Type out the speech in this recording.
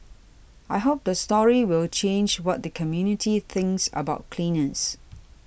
I hope the story will change what the community thinks about cleaners